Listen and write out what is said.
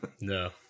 No